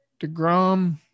DeGrom